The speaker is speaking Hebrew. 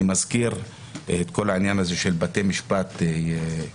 אני מזכיר את כל העניין הזה של בתי משפט כלכליים,